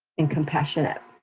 and compassionate,